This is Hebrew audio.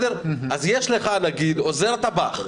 יש למשל עוזר טבח.